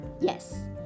Yes